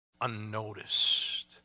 unnoticed